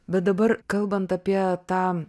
bet dabar kalbant apie tą